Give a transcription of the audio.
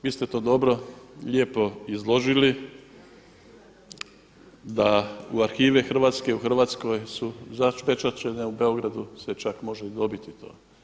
Vi ste to dobro, lijepo izložili da u arhive hrvatske u Hrvatskoj su zapečaćene u Beogradu se čak može i dobiti to.